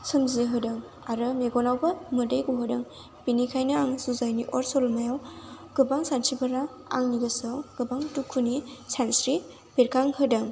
सोमजिहोदों आरो मेगनावबो मोदै गहोदों बिनिखायनो आं जुनायनि अर सलमायाव गोबां सानस्रिफोरा आंनि गोसोआव गोबां दुखुनि सानस्रि बेरखां होदों